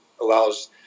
allows